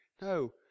No